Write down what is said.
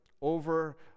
over